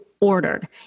ordered